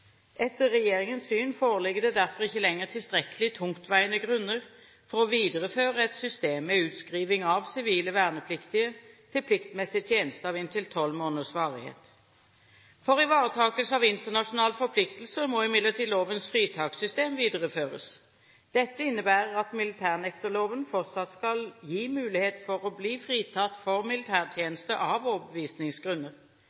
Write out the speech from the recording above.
Etter regjeringens syn foreligger det derfor ikke lenger tilstrekkelig tungtveiende grunner for å videreføre et system med utskrivning av sivile vernepliktige til pliktmessig tjeneste av inntil tolv måneders varighet. For ivaretakelse av internasjonale forpliktelser må imidlertid lovens fritakssystem videreføres. Dette innebærer at militærnekterloven fortsatt skal gi mulighet for å bli fritatt for